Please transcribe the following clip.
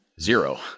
Zero